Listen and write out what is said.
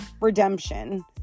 redemption